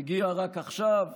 והגיעה רק עכשיו.